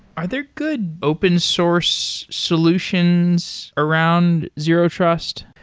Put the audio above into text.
are there good open source solutions around zero-trust?